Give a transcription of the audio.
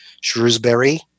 Shrewsbury